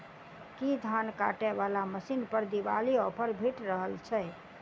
की धान काटय वला मशीन पर दिवाली ऑफर भेटि रहल छै?